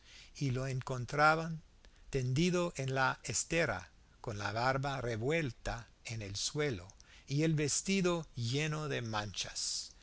y lo encontraban tendido en la estera con la barba revuelta en el suelo y el vestido lleno de manchas